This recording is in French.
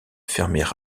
fermaient